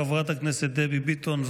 חברת הכנסת דבי ביטון,